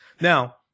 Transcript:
Now